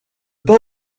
pas